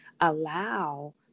allow